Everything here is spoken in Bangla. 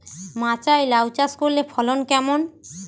মাচায় লাউ চাষ করলে ফলন কেমন?